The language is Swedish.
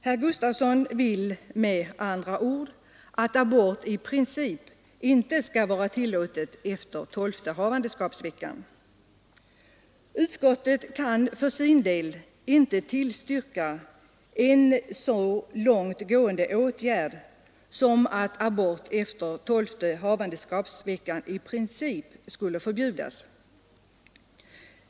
Herr Gustavsson vill med andra ord att abort i princip inte skall vara tillåten efter tolfte havandeskapsveckan. Utskottet kan för sin del inte tillstyrka en så långt gående åtgärd som att abort efter tolfte havandeskapsveckan i princip skulle förbjudas.